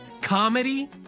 comedy